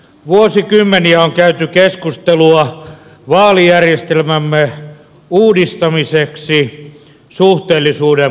vuosikymmeniä on käyty keskustelua vaalijärjestelmämme uudistamiseksi suhteellisuuden parantamiseksi